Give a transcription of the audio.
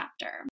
chapter